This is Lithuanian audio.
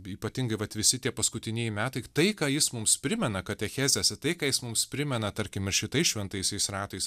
ypatingai vat visi tie paskutinieji metai tai ką jis mums primena katechezėse tai ką jis mums primena tarkime šitais šventaisiais ratais